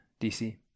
DC